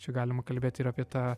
čia galima kalbėt ir apie tą